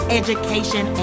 education